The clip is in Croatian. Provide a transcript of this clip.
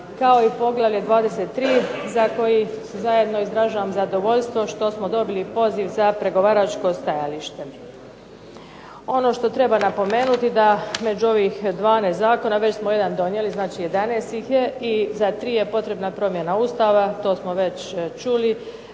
kao i poglavlje 23. za koji zajedno izražavam zadovoljstvo što smo dobili poziv za pregovaračko stajalište. Ono što treba napomenuti da među ovih 12 zakona već smo jedan donijeli, znači 11. ih je, i za 3 je potrebna promjena Ustava to smo već čuli.